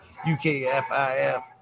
UKFIF